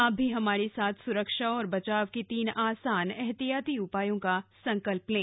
आप भी हमारे साथ सुरक्षा और बचाव के तीन आसान एहतियाती उपायों का संकल्प लें